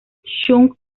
chung